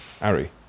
Ari